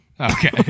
okay